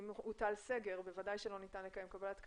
אם הוטל סגר, בוודאי שלא ניתן לקיים קבלת קהל.